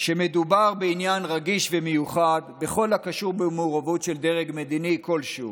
שמדובר בעניין רגיש ומיוחד בכל הקשור במעורבות של דרג מדיני כלשהו,